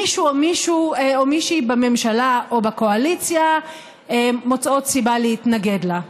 מישהו או מישהי בממשלה או בקואליציה מוצאות סיבה להתנגד לה.